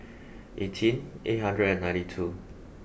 eighteen eight hundred and ninety two